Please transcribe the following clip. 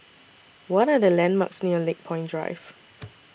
What Are The landmarks near Lakepoint Drive